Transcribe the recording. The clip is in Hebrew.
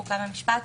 חוק ומשפט,